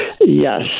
Yes